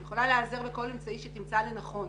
היא יכולה להיעזר בכל אמצעי שתמצא לנכון.